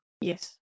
Yes